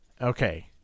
Okay